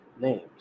names